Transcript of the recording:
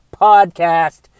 podcast